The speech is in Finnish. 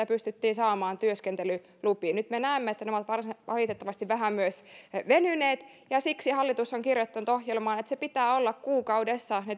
pystyttiin saamaan työskentelylupia oli noin kuukauden mittainen nyt me näemme että nämä ovat valitettavasti vähän myös venyneet ja siksi hallitus on kirjoittanut ohjelmaansa että pitää olla kuukaudessa ne